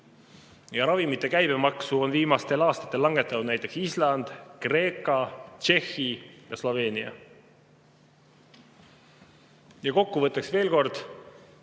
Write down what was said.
Ravimite käibemaksu on viimastel aastatel langetanud näiteks Island, Kreeka, Tšehhi ja Sloveenia. Kokkuvõtteks veel kord: